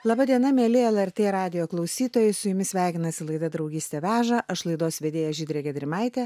laba diena mieli lrt radijo klausytojai su jumis sveikinasi laida draugystė veža aš laidos vedėja žydrė gedrimaitė